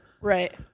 Right